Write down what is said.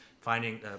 Finding